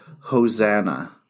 Hosanna